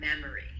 memory